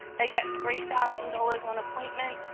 they get three thousand dollars on appointment.